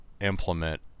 implement